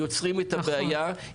יוצרים את הבעיה,